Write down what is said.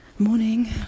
Morning